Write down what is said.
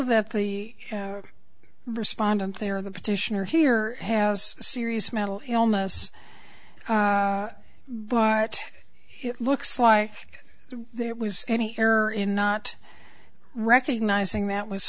that the respondent there the petitioner here has serious mental illness but it looks like there was any error in not recognizing that was